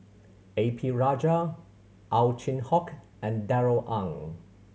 A P Rajah Ow Chin Hock and Darrell Ang